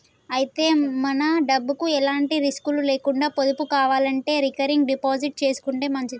అయితే మన డబ్బుకు ఎలాంటి రిస్కులు లేకుండా పొదుపు కావాలంటే రికరింగ్ డిపాజిట్ చేసుకుంటే మంచిది